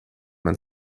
man